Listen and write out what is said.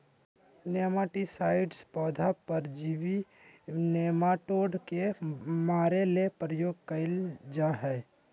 nematicides पौधा परजीवी nematode के मारे ले प्रयोग कयल जा हइ